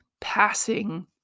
passing